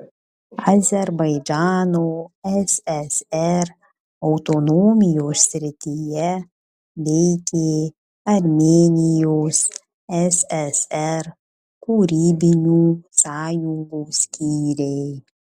azerbaidžano ssr autonomijos srityje veikė armėnijos ssr kūrybinių sąjungų skyriai